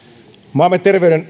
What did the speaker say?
maamme